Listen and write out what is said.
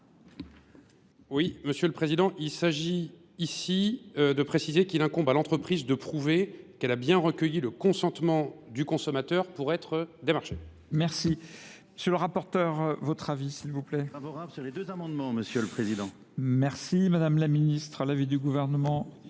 Oui, Monsieur le Président, il s'agit ici de préciser qu'il incombe à l'entreprise de prouver qu'elle a bien recueilli le consentement du consommateur pour être démarché. Merci. M. le rapporteur, votre avis, s'il vous plaît. Favorable sur les deux amendements, M. le Président. Merci, Mme la Ministre. À l'avis du gouvernement.